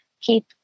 keep